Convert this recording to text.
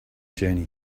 journey